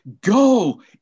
Go